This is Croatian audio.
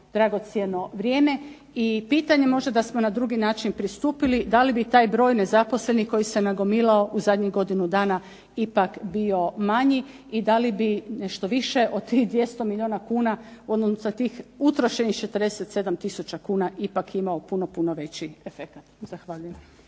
dragocjeno vrijeme. I pitanje možda da smo na drugi način pristupili da li bi taj broj nezaposlenih koji se nagomilao u zadnjih godinu dana ipak bio manji i da li bi nešto više od tih 200 milijuna kuna sa tih utrošenih 47 tisuća kuna ipak imao puno, puno veći efekat. Zahvaljujem.